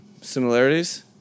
similarities